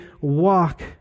walk